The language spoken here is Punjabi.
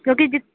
ਕਿਉਂਕਿ ਜਿ